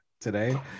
today